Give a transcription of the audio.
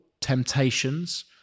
temptations